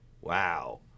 Wow